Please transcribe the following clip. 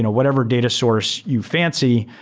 whatever data source you fancy,